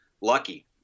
lucky